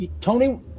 Tony